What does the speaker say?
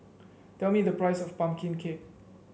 tell me the price of pumpkin cake